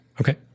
Okay